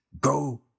go